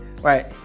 right